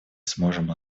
сможем